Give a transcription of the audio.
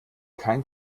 kein